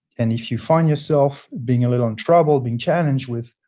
and if you find yourself being a little in trouble, being challenged with